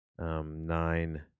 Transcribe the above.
nine